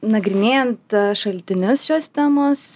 nagrinėjant šaltinius šios temos